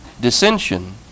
dissension